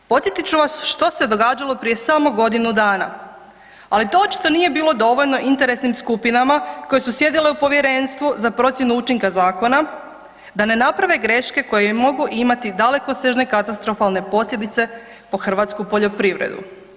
Podsjetit ću vas što se događalo prije samo godinu dana, ali to očito nije bilo dovoljno interesnim skupinama koje su sjedile u povjerenstvu za procjenu učinka zakona da ne naprave greške koje mogu imati dalekosežne katastrofalne posljedice po hrvatsku poljoprivredu.